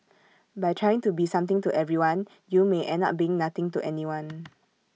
by trying to be something to everyone you may end up being nothing to anyone